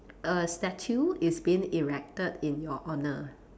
a statue is being erected in you honour